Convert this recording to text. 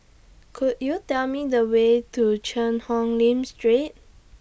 Could YOU Tell Me The Way to Cheang Hong Lim Street